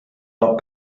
not